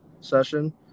session